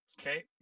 Okay